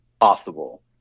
possible